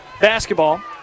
basketball